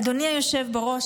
אדוני היושב בראש,